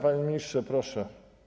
Panie ministrze, proszę.